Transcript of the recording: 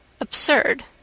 Absurd